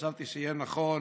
חשבתי שיהיה נכון